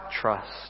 trust